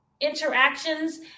interactions